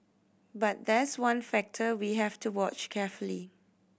but that's one factor we have to watch carefully